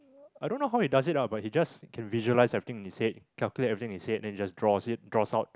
I don't know how he does it ah but he just can visualise everything in his head calculate everything in his head then he just draws it draws out